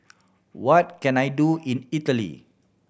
what can I do in Italy